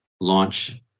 launch